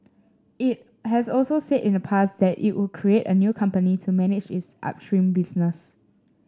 it has also said in the past that it would create a new company to manage its upstream business